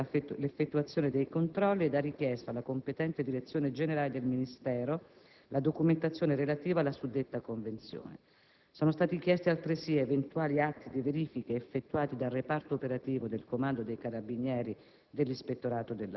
si è già attivata per l'effettuazione dei controlli ed ha chiesto alla competente direzione generale del Ministero, la documentazione relativa alla suddetta convenzione. Sono stati chiesti, altresì, eventuali atti di verifiche effettuate dal reparto operativo del Comando dei carabinieri